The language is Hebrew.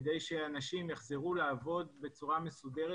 כדי שאנשים יחזרו לעבוד בצורה מסודרת